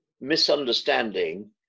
misunderstanding